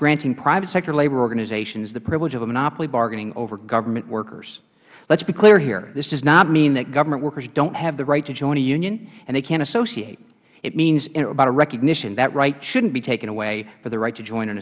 granting private sector labor organizations the privilege of a monopoly bargaining over government workers lets be clear here this does not mean that government workers dont have the right to join a union and they cant associate it means about recognition that right shouldnt be taken away for the right to join an